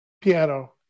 piano